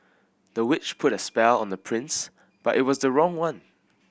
the witch put a spell on the prince but it was the wrong one